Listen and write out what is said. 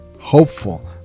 hopeful